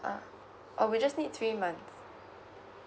uh oh we just need three months